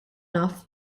naf